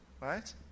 Right